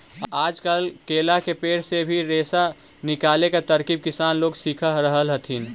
आजकल केला के पेड़ से भी रेशा निकाले के तरकीब किसान लोग सीख रहल हथिन